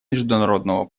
международного